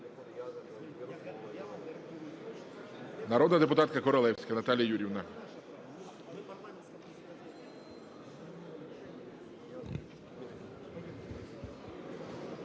Народна депутатка Королевська Наталія Юріївна.